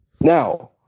Now